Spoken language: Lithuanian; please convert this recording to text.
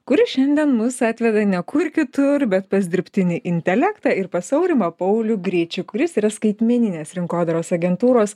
kuris šiandien mus atveda ne kur kitur bet pas dirbtinį intelektą ir pas aurimą paulių greičių kuris yra skaitmeninės rinkodaros agentūros